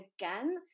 again